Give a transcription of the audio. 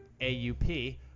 AUP